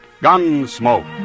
Gunsmoke